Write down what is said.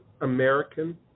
american